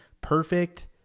perfect